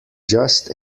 just